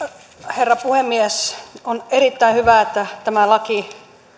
herra puhemies on erittäin hyvä että tämä laki